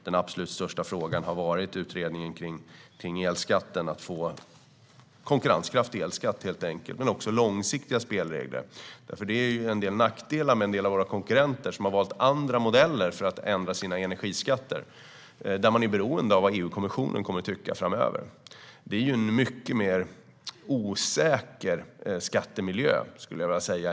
Den absolut största frågan har varit utredningen av elskatten, det vill säga att helt enkelt få konkurrenskraftig elskatt. Det handlar även om långsiktiga spelregler. Det finns nämligen nackdelar med en del av de modeller våra konkurrenter har valt för att ändra sina energiskatter. Där är man beroende av vad EU-kommissionen kommer att tycka framöver, vilket jag skulle vilja säga är en mycket osäkrare skattemiljö.